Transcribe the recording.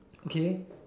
okay